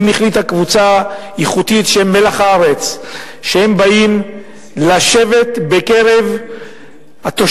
אם החליטה קבוצה איכותית שהיא מלח הארץ שהם באים לשבת בקרב התושבים,